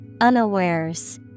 Unawares